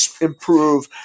improve